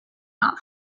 not